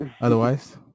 otherwise